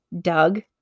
Doug